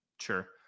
Sure